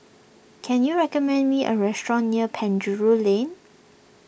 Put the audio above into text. can you recommend me a restaurant near Penjuru Lane